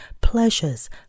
pleasures